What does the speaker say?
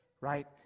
right